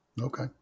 Okay